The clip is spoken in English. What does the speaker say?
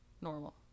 normal